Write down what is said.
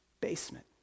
basement